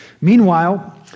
Meanwhile